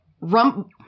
rump